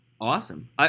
Awesome